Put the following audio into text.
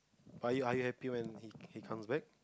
why you are you happy when he he comes back